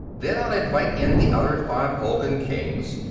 then i'll invite in the other five hulgun kings,